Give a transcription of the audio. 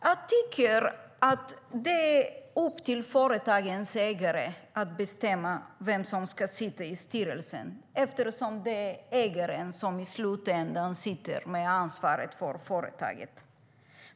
Jag tycker att det är upp till företagens ägare att bestämma vem som ska sitta i styrelsen eftersom det är ägaren som i slutändan sitter med ansvaret för företaget.